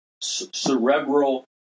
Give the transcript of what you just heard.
cerebral